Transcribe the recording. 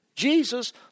Jesus